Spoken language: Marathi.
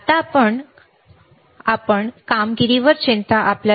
आत्ता कारण आम्हाला कामगिरीची चिंता नाही